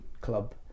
club